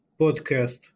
podcast